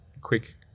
quick